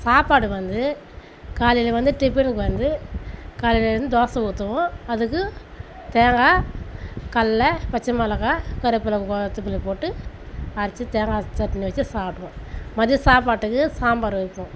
சாப்பாடு வந்து காலையில் வந்து டிஃபனுக்கு வந்து காலையில் இருந்து தோசை ஊற்றுவோம் அதுக்கு தேங்காய் கல்லில் பச்சைமெளகா கருவேப்பிலை கொத்தமல்லி போட்டு அரைச்சி தேங்காய் சட்னி வெச்சி சாப்பிட்ருவோம் மதியம் சாப்பாட்டுக்கு சாம்பார் வைப்போம்